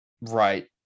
right